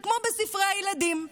זה כבר בספרי הילדים,